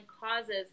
causes